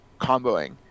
comboing